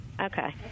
Okay